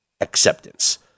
acceptance